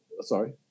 sorry